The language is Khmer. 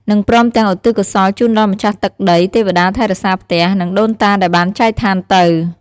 និងព្រមទាំងឧទ្ទិសកុសលជូនដល់ម្ចាស់ទឹកដី ទេវតាថែរក្សាផ្ទះ និងដូនតាដែលបានចែកឋានទៅ។